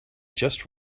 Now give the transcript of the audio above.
just